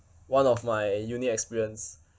one of my unique experience